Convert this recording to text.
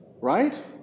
right